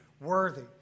worthy